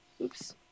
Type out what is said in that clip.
Oops